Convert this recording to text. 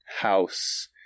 house